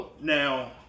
Now